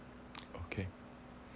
okay